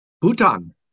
Bhutan